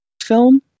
film